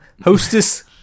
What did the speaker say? Hostess